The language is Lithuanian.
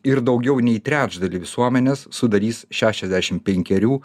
ir daugiau nei trečdalį visuomenės sudarys šešiasdešim penkerių